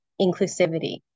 inclusivity